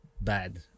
bad